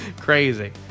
crazy